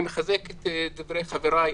אני מחזק את דברי חבריי.